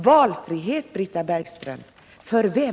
Valfrihet, Britta Bergström, för vem?